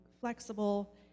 flexible